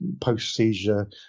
post-seizure